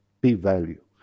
p-value